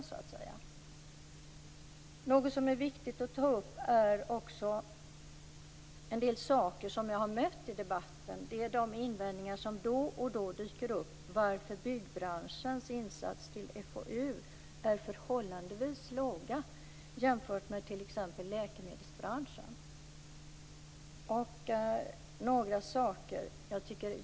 Det är också viktigt att ta upp en del invändningar jag har mött i debatten, nämligen varför byggbranschens insatser till FoU är förhållandevis låga jämfört med t.ex. läkemedelsbranschen.